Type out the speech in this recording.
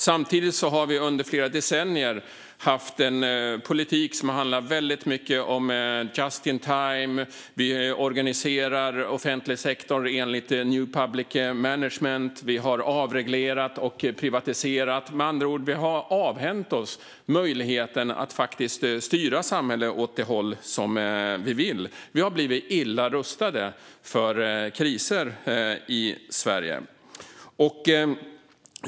Samtidigt har vi under flera decennier haft en politik som har handlat väldigt mycket om just-in-time, om att vi organiserar offentlig sektor enligt new public management och att vi har avreglerat och privatiserat. Med andra ord har vi avhänt oss möjligheten att styra samhället åt det håll som vi vill. Vi har blivit illa rustade för kriser i Sverige.